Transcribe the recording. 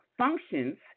functions